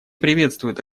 приветствует